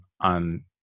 on